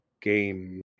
game